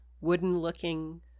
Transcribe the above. wooden-looking